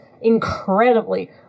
incredibly